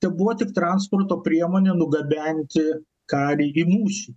tebuvo tik transporto priemonė nugabenti karį į mūšį